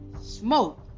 smoke